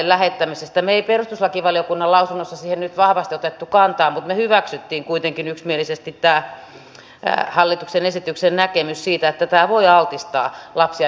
me emme perustuslakivaliokunnan lausunnossa siihen nyt vahvasti ottaneet kantaa mutta me hyväksyimme kuitenkin yksimielisesti tämän hallituksen esityksen näkemyksen siitä että tämä voi altistaa lapsia hyväksikäytettäviksi